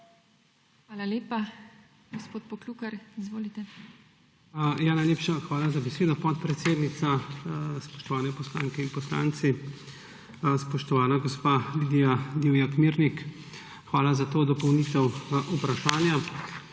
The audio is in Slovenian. Hvala lepa. Gospod Poklukar, izvolite. JANEZ POKLUKAR: Najlepša hvala za besedo, podpredsednica. Spoštovani poslanke in poslanci, spoštovana gospa Lidija Divjak Mirnik. Hvala za to dopolnitev vprašanja.